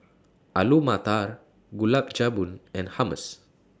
Alu Matar Gulab Jamun and Hummus